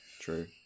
true